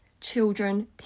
children